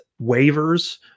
waivers